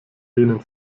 denen